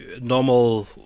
normal